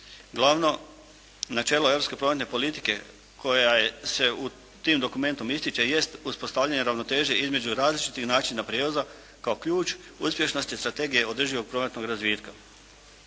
Glavno načelo europske prometne politike koja se tim dokumentom ističe jest uspostavljanje ravnoteže između različitih načina prijevoza kao ključ uspješnosti strategije održivog prometnog razvitka.